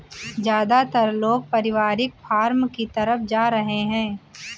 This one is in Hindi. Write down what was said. ज्यादातर लोग पारिवारिक फॉर्म की तरफ जा रहै है